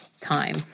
time